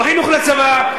לא חינוך לצבא,